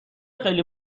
خیلی